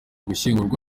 gushyingurwa